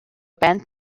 band